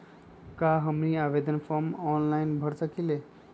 क्या हमनी आवेदन फॉर्म ऑनलाइन भर सकेला?